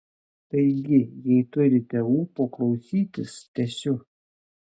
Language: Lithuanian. taigi jei turite ūpo klausytis tęsiu